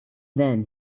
then